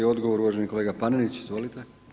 Odgovor uvaženi kolega Panenić, izvolite.